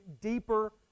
deeper